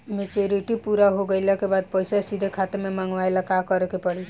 Maturity पूरा हो गइला के बाद पईसा सीधे खाता में मँगवाए ला का करे के पड़ी?